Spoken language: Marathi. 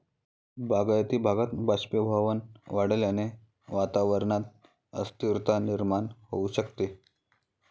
बागायती भागात बाष्पीभवन वाढल्याने वातावरणात अस्थिरता निर्माण होऊ शकते